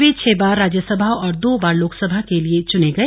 वे छह बार राज्यसभा और दो बार लोकसभा के लिए चने गए